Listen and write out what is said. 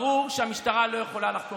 ברור שהמשטרה לא יכולה לחקור